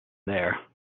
there